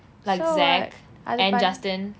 like zac and justin